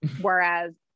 Whereas